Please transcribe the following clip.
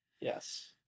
Yes